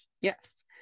Yes